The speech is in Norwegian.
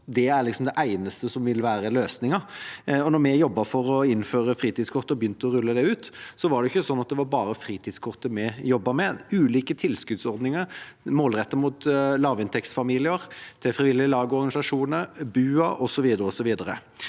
det er det eneste som vil være løsningen. Da vi jobbet for å innføre fritidskortet og begynte å rulle det ut, var det ikke bare fritidskortet vi jobbet med – det var ulike tilskuddsordninger, målrettet mot lavinntektsfamilier, til frivillige lag og organisasjoner, BUA osv.,